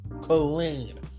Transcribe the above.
Clean